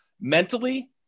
mentally